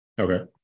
Okay